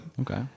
Okay